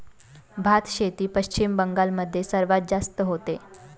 भातशेती पश्चिम बंगाल मध्ये सर्वात जास्त होते